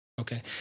Okay